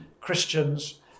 Christians